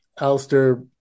Alistair